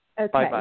okay